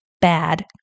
bad